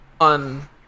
on